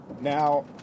Now